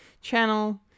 channel